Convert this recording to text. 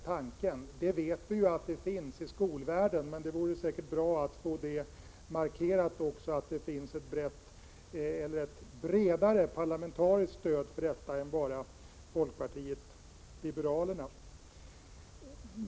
Vi vet att det finns ett sådant stöd i skolvärlden, men det vore säkert bra att få markerat också att det finns ett bredare parlamentariskt stöd för detta än bara folkpartiet liberalerna.